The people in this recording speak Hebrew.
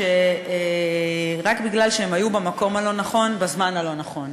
שהם היו במקום הלא-נכון בזמן הלא-נכון.